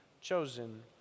chosen